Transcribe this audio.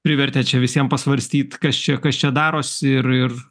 privertė čia visiem pasvarstyt kas čia kas čia darosi ir ir